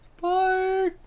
Bye